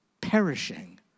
Perishing